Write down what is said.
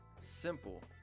simple